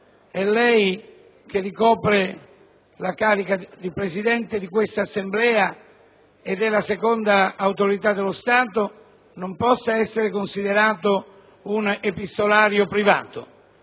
e lei, che ricopre la carica di Presidente di questa Assemblea e che è la seconda autorità dello Stato, non possa essere considerato un epistolario privato,